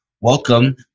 welcome